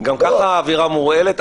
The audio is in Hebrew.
גם ככה האווירה מורעלת.